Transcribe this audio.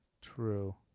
True